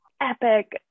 epic